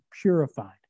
purified